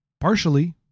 Partially